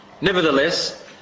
Nevertheless